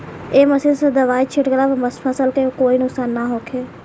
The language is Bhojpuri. ए मशीन से दवाई छिटला पर फसल के कोई नुकसान ना होखे